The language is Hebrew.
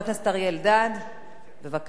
בבקשה, אתה מוזמן לנמק.